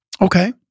Okay